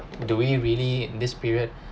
do we really in this period